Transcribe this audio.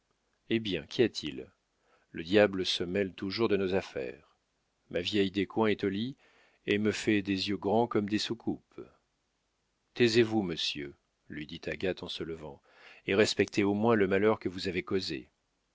eh bien qu'y a-t-il le diable se mêle toujours de nos affaires ma vieille descoings est au lit et me fait des yeux grands comme des soucoupes taisez-vous monsieur lui dit agathe en se levant et respectez au moins le malheur que vous avez causé